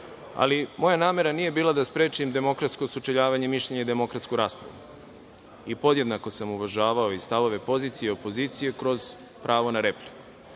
namera nije bila da sprečim demokratsko sučeljavanje mišljenja i demokratsku raspravu i podjednako sam uvažavao i stavove pozicije i opozicije kroz pravo na repliku. Drago